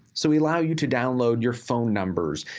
so we allow you to download your phone numbers,